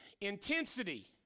intensity